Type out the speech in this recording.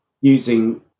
using